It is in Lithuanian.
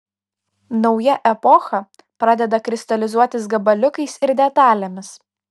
nauja epocha pradeda kristalizuotis gabaliukais ir detalėmis